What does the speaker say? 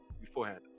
beforehand